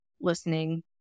listening